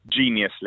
geniusly